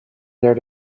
there